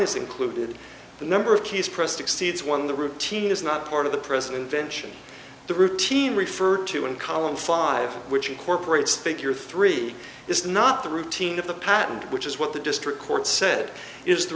is included the number of case pressed exceeds one the routine is not part of the president vention the routine referred to in column five which incorporates figure three is not the routine of the patent which is what the district court said is the